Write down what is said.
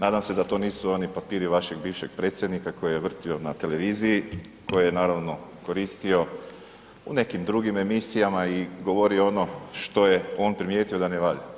Nadam se da to nisu oni papiri vaši bivšeg predsjednika koji je vrtio na televiziji, koji je, naravno, koristio u nekim drugim emisijama i govorio ono što je on primijetio da ne valja.